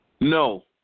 No